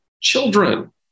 children